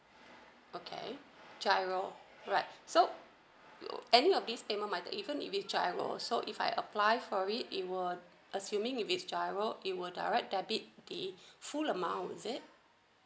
okay giro right so any of these payment method even if it giro so if I apply for it it would assuming if it giro it would direct debit the full amount is it